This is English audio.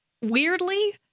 Weirdly